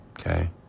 okay